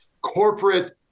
corporate